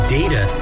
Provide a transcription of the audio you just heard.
data